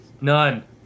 None